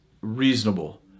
reasonable